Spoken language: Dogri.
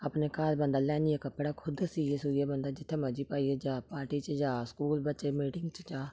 अपने घर बंदा लेआन्नियै कपड़ा खुद सीऐ सूइयै बंदा जित्थै मर्जी पाइयै जाऽ पार्टी च जाऽ स्कूल बच्चें दी मीटिंग च जा